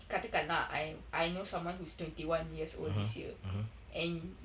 katakan lah I I know someone who is twenty one years old this year and